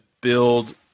build